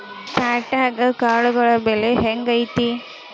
ಪ್ಯಾಟ್ಯಾಗ್ ಕಾಳುಗಳ ಬೆಲೆ ಹೆಂಗ್ ಐತಿ?